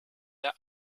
der